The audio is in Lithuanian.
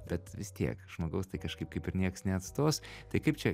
bet vis tiek žmogaus tai kažkaip kaip ir nieks neatstos tai kaip čia